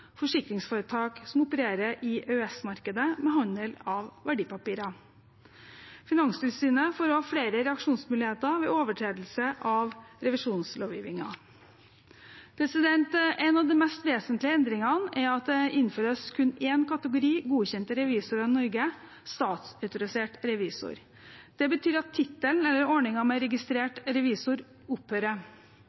forsikringsforetak som opererer i EØS-markedet med handel av verdipapirer. Finanstilsynet får også flere reaksjonsmuligheter ved overtredelser av revisjonslovgivingen. En av de mest vesentlige endringene er at det innføres kun én kategori godkjente revisorer i Norge: statsautorisert revisor. Det betyr at tittelen eller ordningen med registrert revisor opphører.